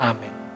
Amen